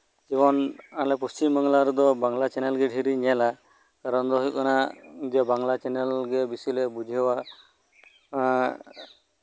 ᱡᱮᱢᱚᱱ ᱟᱞᱮ ᱯᱚᱥᱪᱤᱢ ᱵᱟᱝᱞᱟ ᱨᱮᱫᱚ ᱵᱟᱝᱞᱟ ᱪᱮᱱᱮᱞ ᱜᱮ ᱫᱷᱮᱨᱤᱧ ᱧᱮᱞᱟ ᱠᱟᱨᱚᱱ ᱫᱚ ᱦᱳᱭᱳᱜ ᱠᱟᱱᱟ ᱡᱮ ᱵᱟᱝᱞᱟ ᱪᱮᱱᱮᱞ ᱜᱮ ᱵᱤᱥᱤ ᱞᱮ ᱵᱩᱡᱷᱟᱹᱣᱟ ᱮᱫ